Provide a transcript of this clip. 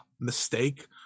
mistake